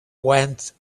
went